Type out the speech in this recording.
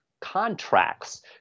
contracts